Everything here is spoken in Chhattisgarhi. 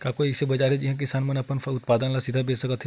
का कोई अइसे बाजार हे जिहां किसान मन अपन उत्पादन ला सीधा बेच सकथे?